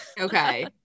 Okay